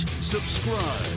subscribe